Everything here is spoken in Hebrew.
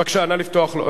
בבקשה, נא לפתוח לו.